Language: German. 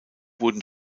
wurden